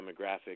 demographic